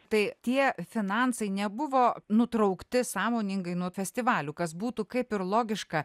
tai tie finansai nebuvo nutraukti sąmoningai nuo festivalių kas būtų kaip ir logiška